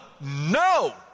no